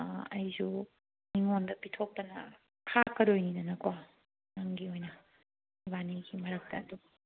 ꯑꯩꯁꯨ ꯃꯤꯉꯣꯟꯗ ꯄꯤꯊꯣꯛꯇꯅ ꯈꯥꯛꯀꯗꯣꯏꯅꯤꯗꯅꯀꯣ ꯅꯪꯒꯤ ꯑꯣꯏꯅ ꯏꯕꯥꯏꯅꯤꯒꯤ ꯃꯔꯛꯇ ꯑꯗꯨꯝ